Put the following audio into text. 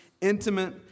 intimate